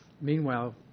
Meanwhile